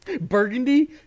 Burgundy